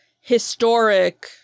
historic